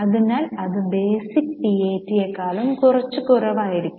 അതിനാൽ അത് basic PAT യെക്കാളും കുറച്ചു കുറവായിരിക്കും